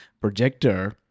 projector